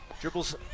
Dribbles